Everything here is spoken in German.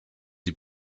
die